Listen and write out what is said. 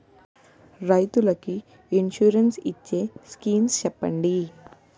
రైతులు కి ఇన్సురెన్స్ ఇచ్చే స్కీమ్స్ చెప్పండి?